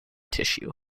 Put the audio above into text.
tissue